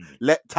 let